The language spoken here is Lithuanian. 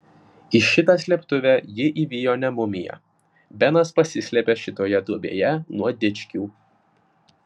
į šitą slėptuvę jį įvijo ne mumija benas pasislėpė šitoje duobėje nuo dičkių